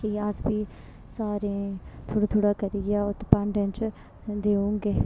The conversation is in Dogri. जां अस फ्ही सारें थोह्ड़ा थोह्ड़ा करियै उत्त भांडे च देओ गें